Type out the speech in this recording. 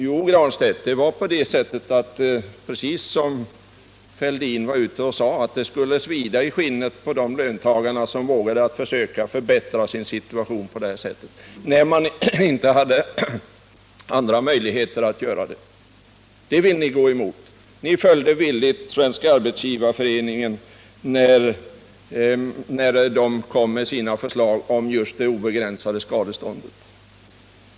Jo, Pär Granstedt, Thorbjörn Fälldin sade att det skulle svida i skinnet på de löntagare som vågade försöka förbättra sin situation, när de inte hade andra möjligheter att göra det. Ni följde villigt Svenska arbetsgivareföreningen, när den kom med sitt förslag om just det obegränsade skadeståndet.